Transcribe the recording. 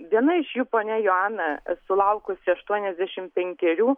viena iš jų ponia joana sulaukusi aštuoniasdešimt penkerių